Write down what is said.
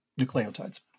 nucleotides